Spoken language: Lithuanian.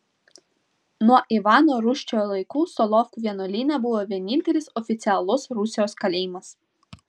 nuo ivano rūsčiojo laikų solovkų vienuolyne buvo vienintelis oficialus rusijos kalėjimas